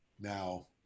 Now